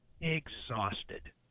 exhausted